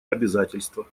обязательства